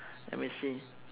let me see